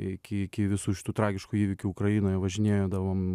iki iki visų šitų tragiškų įvykių ukrainoje važinėdavom